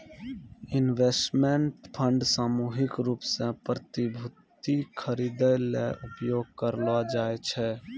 investment fund सामूहिक रूप सें प्रतिभूति खरिदै ल उपयोग करलो जाय छै